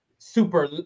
Super